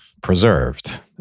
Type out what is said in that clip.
preserved